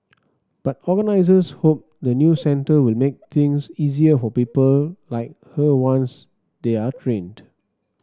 but organizers hope the new centre will make things easier for people like her once they are trained